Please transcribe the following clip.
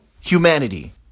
humanity